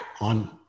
on